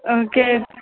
okay